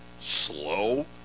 slow